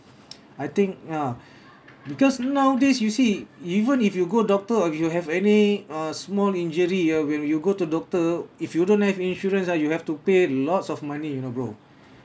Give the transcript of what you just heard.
I think ya because nowadays you see even if you go doctor or you have any uh small injury ah will you go to doctor if you don't have insurance ah you have to pay lots of money you know bro